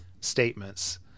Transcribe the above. Statements